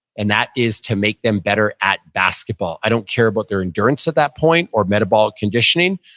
and that is to make them better at basketball. i don't care about their endurance at that point, or metabolic conditioning.